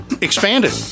expanded